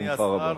בשמחה רבה.